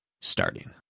starting